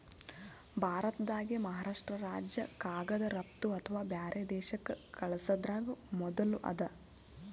ಭಾರತ್ದಾಗೆ ಮಹಾರಾಷ್ರ್ಟ ರಾಜ್ಯ ಕಾಗದ್ ರಫ್ತು ಅಥವಾ ಬ್ಯಾರೆ ದೇಶಕ್ಕ್ ಕಲ್ಸದ್ರಾಗ್ ಮೊದುಲ್ ಅದ